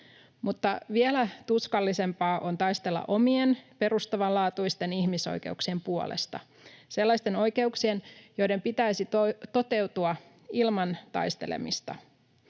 vielä tuskallisempaa on taistella omien perustavanlaatuisten ihmisoikeuksien puolesta, sellaisten oikeuksien, joiden pitäisi toteutua ilman taistelemista.